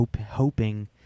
hoping